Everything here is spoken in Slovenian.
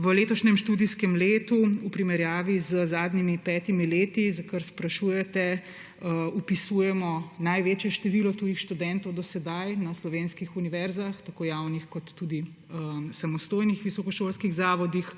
V letošnjem študijskem letu v primerjavi z zadnjimi petimi leti, za kar sprašujete, vpisujemo največje število tujih študentov do sedaj na slovenskih univerzah, tako javnih kot tudi samostojnih visokošolskih zavodih.